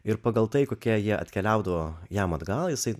ir pagal tai kokie jie atkeliaudavo jam atgal jisai